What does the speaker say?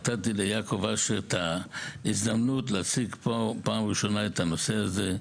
נתתי ליעקב את ההזדמנות להציג פה בפעם הראשונה את הנושא הזה.